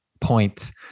point